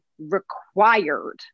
required